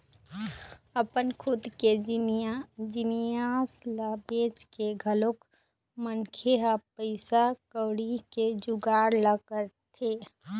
अपन खुद के जिनिस ल बेंच के घलोक मनखे ह पइसा कउड़ी के जुगाड़ ल करथे